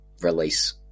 release